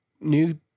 new